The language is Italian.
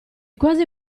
quasi